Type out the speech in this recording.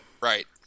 Right